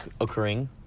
occurring